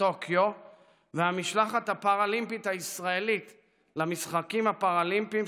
טוקיו והמשלחת הפראלימפית הישראלית למשחקים הפראלימפיים,